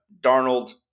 Darnold